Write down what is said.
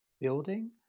building